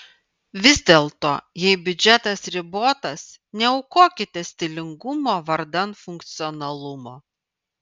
vis dėlto jei biudžetas ribotas neaukokite stilingumo vardan funkcionalumo